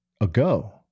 ago